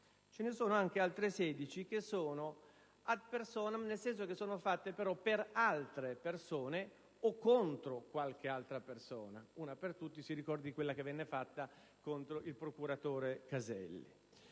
ce ne sono anche altre 16 *ad personam*, nel senso che sono fatte per altre persone, o contro qualche altra persona: una per tutte, quella concepita contro il procuratore Caselli.